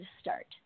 start